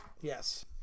Yes